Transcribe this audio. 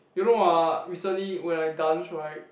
you know ah recently when I dance right